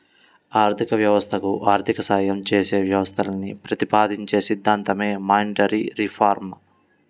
ఆర్థిక వ్యవస్థకు ఆర్థిక సాయం చేసే వ్యవస్థలను ప్రతిపాదించే సిద్ధాంతమే మానిటరీ రిఫార్మ్